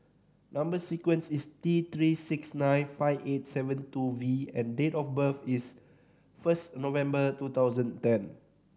number sequence is T Three six nine five eight seven two V and date of birth is first November two thousand ten